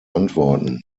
antworten